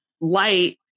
light